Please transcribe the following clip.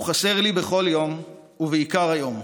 הוא חסר לי בכל יום ובעיקר היום.